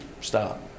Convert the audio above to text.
Stop